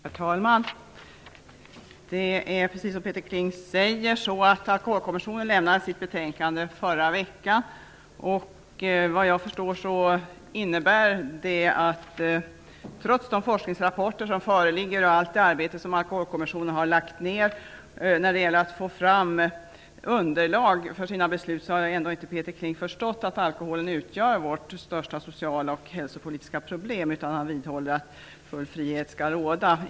Herr talman! Det är riktigt som Peter Kling säger att Alkoholkommissionen är klar med sitt betänkande. Det avlämnades förra veckan. Trots de forskningsrapporter som föreligger och allt det arbete som Alkoholkommissionen har lagt ner på att få fram underlag för sina beslut, har Peter Kling ändå inte förstått att alkoholen utgör vårt största sociala och hälsopolitiska problem. Han vidhåller att full frihet skall råda.